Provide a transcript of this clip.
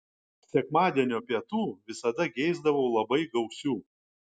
sekmadienio pietų visada geisdavau labai gausių